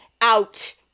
out